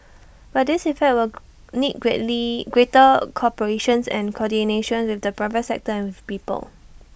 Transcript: but this effort will need greatly greater cooperation's and coordination with the private sector and with people